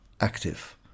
active